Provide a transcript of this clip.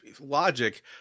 logic